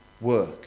work